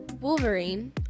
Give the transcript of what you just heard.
Wolverine